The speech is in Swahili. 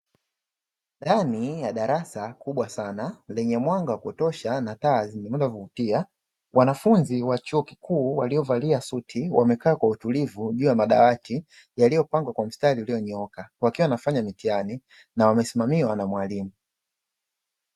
Ndani ya darasa kubwa sana lenye mwanga wa kutosha na taa zenye kuvutia wanafunzi wa chuo kikuu waliovalia suti wamekaa kwa utulivu juu ya madawati yaliyopangwa kwa mstari ulionyooka, wakiwa wanafanya mitihani na wamesimamiwa na mwalimu.